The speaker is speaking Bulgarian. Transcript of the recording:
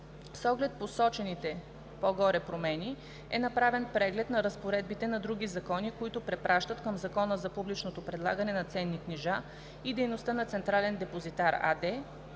С оглед посочените по-горе промени е направен преглед на разпоредбите на други закони, които препращат към Закона за публичното предлагане на ценни книжа и дейността на „Централен депозитар“ АД,